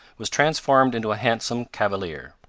was transformed into a handsome cavalier.